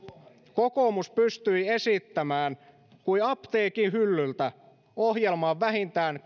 kokoomus pystyi esittämään kuin apteekin hyllyltä ohjelman vähintään